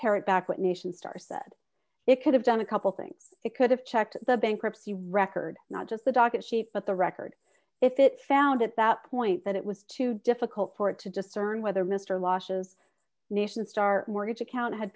parrot back what nation star said it could have done a couple things it could have checked the bankruptcy record not just the docket sheep but the record if it found at that point that it was too difficult for it to discern whether mr washes nation star mortgage account had